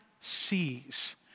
sees